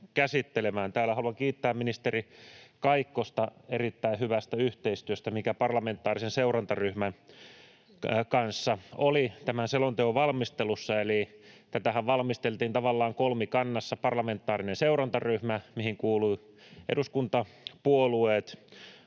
Täällä haluan kiittää ministeri Kaikkosta siitä erittäin hyvästä yhteistyöstä, mikä parlamentaarisen seurantaryhmän kanssa oli tämän selonteon valmistelussa. Tätähän valmisteltiin tavallaan kolmikannassa, parlamentaarisessa seurantaryhmässä, mihin kuuluvat eduskuntapuolueet,